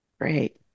Great